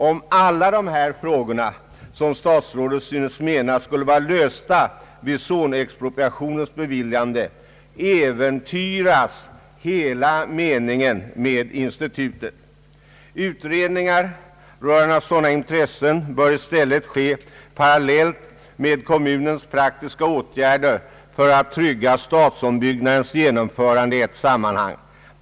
Om alla dessa frågor, som statsrådet synes mena, skulle vara lösta vid zonexpropriationens beviljande, äventyras hela meningen med institutet. Utredningar rörande sådana intressen bör i stället ske parallellt med kommunens praktiska åtgärder för att trygga stadsombyggnadens genomförande i ett sammanhang.